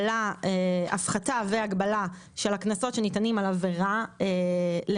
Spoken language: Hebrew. הפחתה והגבלה של הקנסות שניתנים על עבירה של